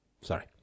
Sorry